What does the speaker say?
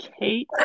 Kate